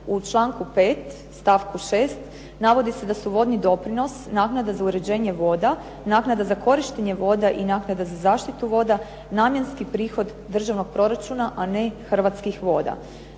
U članku 5. stavku 6. navodi se da su vodni doprinos, naknada za uređenje voda, naknada za korištenje voda i naknada za zaštitu voda namjenski prihod državnog proračuna, a ne Hrvatskih voda.